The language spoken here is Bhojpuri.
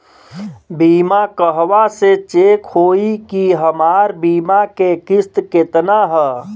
बीमा कहवा से चेक होयी की हमार बीमा के किस्त केतना ह?